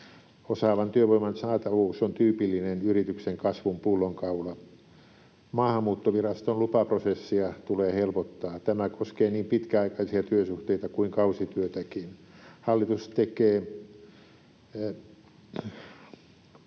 Osaavan työvoiman saatavuus on tyypillinen yrityksen kasvun pullonkaula. Maahanmuuttoviraston lupaprosessia tulee helpottaa. Tämä koskee niin pitkäaikaisia työsuhteita kuin kausityötäkin. Hallitus tekee